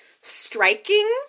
striking